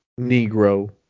Negro